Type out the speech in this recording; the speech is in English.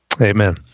Amen